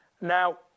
Now